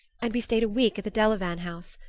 and we stayed a week at the delavan house.